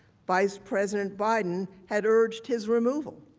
vice president biden had urged his removal.